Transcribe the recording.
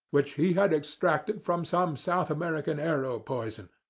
which he had extracted from some south american arrow poison,